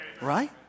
Right